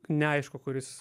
neaišku kuris